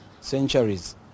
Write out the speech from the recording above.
centuries